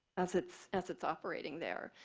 as its as its operating there.